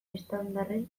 eztandaren